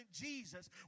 Jesus